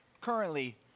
currently